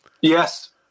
Yes